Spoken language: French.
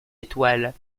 étoile